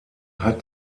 hat